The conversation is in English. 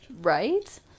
Right